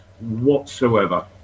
whatsoever